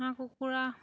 হাঁহ কুকুৰা